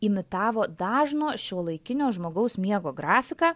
imitavo dažno šiuolaikinio žmogaus miego grafiką